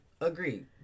Agreed